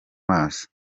maso